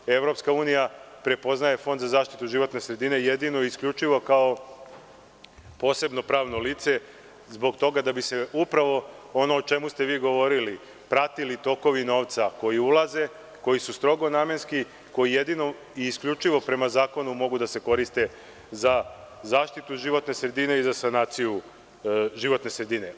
Evropska unija prepoznaje Fond za zaštitu životne sredine jedino i isključivo kao posebno pravno lice zbog toga da bi se upravo ono o čemu ste vi govorili pratili tokovi novca koji ulaze, koji su strogo namenski, koji jedino i isključivo prema zakonu mogu da se koriste za zaštitu životne sredine i za sanaciju životne sredine.